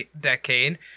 decade